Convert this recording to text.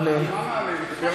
על מה נעלה?